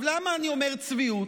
למה אני אומר צביעות?